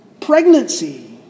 pregnancy